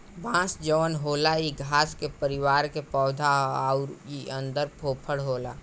बांस जवन होला इ घास के परिवार के पौधा हा अउर इ अन्दर फोफर होला